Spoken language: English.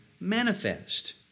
manifest